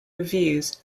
reviews